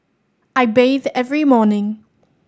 I bathe every morning